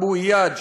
אבו איאד,